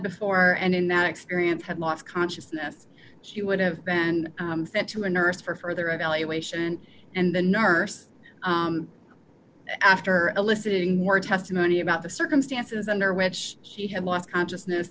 before and in that experience had lost consciousness she would have been sent to a nurse for further evaluation and the nurse after eliciting more testimony about the circumstances under which she had lost consciousness